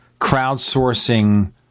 crowdsourcing